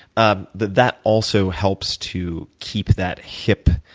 ah that that also helps to keep that hip